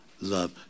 love